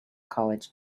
college